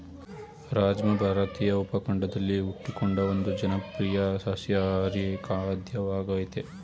ರಾಜ್ಮಾ ಭಾರತೀಯ ಉಪಖಂಡದಲ್ಲಿ ಹುಟ್ಟಿಕೊಂಡ ಒಂದು ಜನಪ್ರಿಯ ಸಸ್ಯಾಹಾರಿ ಖಾದ್ಯವಾಗಯ್ತೆ